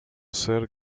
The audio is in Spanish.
ser